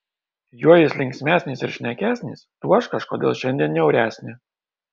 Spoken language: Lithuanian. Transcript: juo jis linksmesnis ir šnekesnis tuo aš kažkodėl šiandien niauresnė